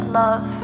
love